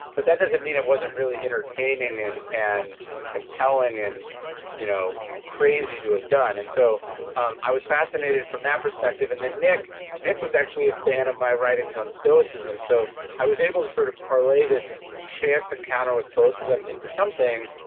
but that doesn't mean it wasn't really entertaining and and compelling and you know crazy to have done. and so um i was fascinated from that perspective, and then nick nick was actually a fan of my writings on stoicism. so i was able to sort of parlay this chance encounter with both of them into something,